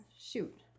Shoot